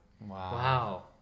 Wow